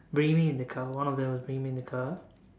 bringing me in the car one of them was bringing me in the car